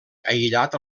aïllat